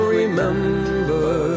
remember